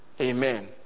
Amen